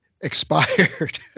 expired